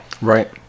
Right